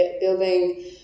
building